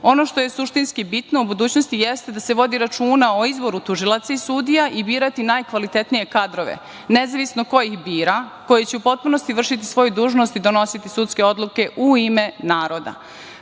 što je suštinski bitno u budućnosti jeste da se vodi računa o izboru tužioca i sudija i birati najkvalitetnije kadrove, nezavisno ko ih bira, koji će u potpunosti vršiti svoju dužnost i donositi sudske odluke u ime naroda. Kada